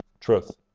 truth